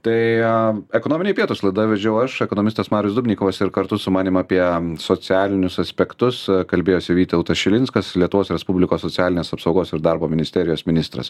tai ekonominiai pietūs laidą vedžiau aš ekonomistas marius dubnikovas ir kartu su manim apie socialinius aspektus kalbėjosi vytautas šilinskas lietuvos respublikos socialinės apsaugos ir darbo ministerijos ministras